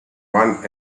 one